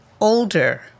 older